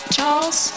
Charles